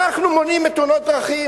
אנחנו מונעים את תאונות דרכים,